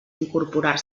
incorporar